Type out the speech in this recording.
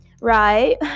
right